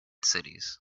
cities